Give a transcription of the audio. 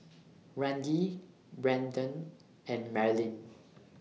Randi Brendon and Marlyn